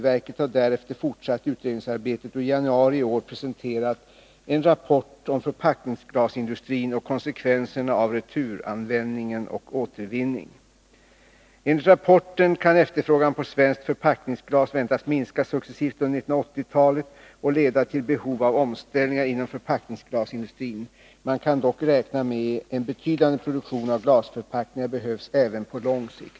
Verket har därefter fortsatt utredningsarbetet och i januari i år presenterat en rapport om förpackningsglasindustrin och konsekvenserna av returanvändning och återvinning. Enligt rapporten kan efterfrågan på svenskt förpackningsglas väntas minska successivt under 1980-talet och leda till behov av omställningar inom förpackningsglasindustrin. Man kan dock räkna med att en betydande produktion av glasförpackningar behövs även på lång sikt.